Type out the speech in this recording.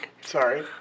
Sorry